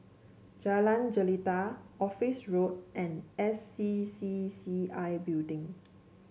Jalan Jelita Office Road and S C C C I Building